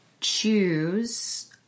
choose